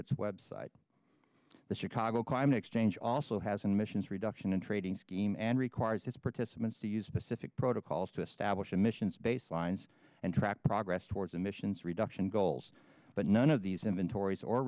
its website the chicago climate exchange also has an emissions reduction and trading scheme and requires its participants to use specific protocols to establish emissions baselines and track progress towards emissions reduction goals but none of these inventories or